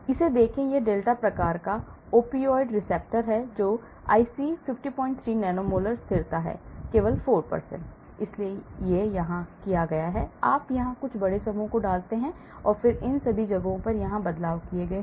इसे देखें यह एक डेल्टा प्रकार ओपियोइड रिसेप्टर है IC 503 nano molar स्थिरता केवल 4 है इसलिए यहां क्या किया गया है आप यहां कुछ बड़े समूहों में डालते हैं और फिर इन सभी जगहों पर यहां बदलाव किए गए हैं